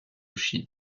chine